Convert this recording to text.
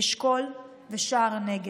אשכול ושער הנגב,